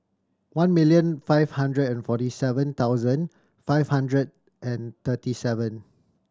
one million five hundred and forty seven thousand five hundred and thirty seven